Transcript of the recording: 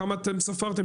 כמה אתם ספרתם,